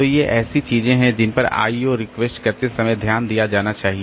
तो ये ऐसी चीजें हैं जिन पर IO रिक्वेस्ट करते समय ध्यान दिया जाना चाहिए